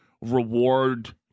reward